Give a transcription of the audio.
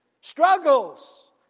Struggles